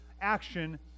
action